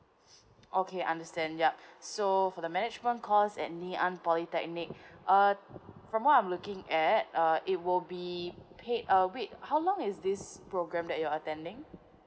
okay understand yup so for the management course at ngee ann polytechnic uh from what I'm looking at uh it will be paid uh wait how long is this program that you're attending